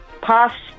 pass